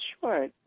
Sure